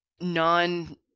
non